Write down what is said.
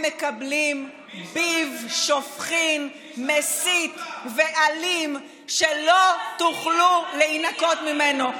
הם מקבלים ביב שופכין מסית ואלים שלא תוכלו להינקות ממנו.